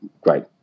great